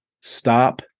Stop